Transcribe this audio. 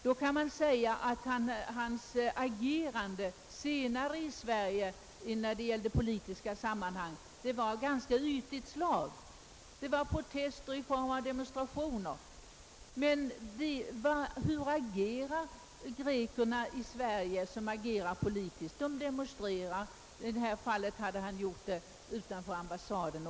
Då kan man säga att hans agerande senare i Sverige i politiska sammanhang var av ganska ytligt slag — det gällde protester i form av demonstrationer. Men hur agerar grekerna i Sverige politiskt? Jo, de demonstrerar. I detta fall hade demonstrationerna genomförts också utanför ambassaden.